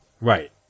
Right